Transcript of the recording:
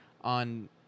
on